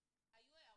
דרך.